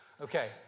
Okay